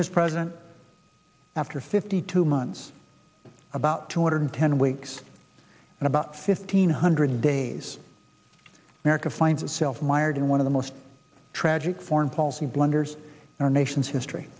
as president after fifty two months about two hundred ten weeks and about fifteen hundred days america finds itself mired in one of the most tragic foreign policy blunders our nation's history